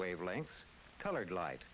wavelengths colored light